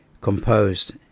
composed